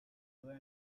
low